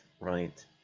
right